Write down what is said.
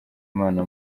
imana